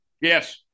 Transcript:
Yes